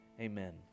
Amen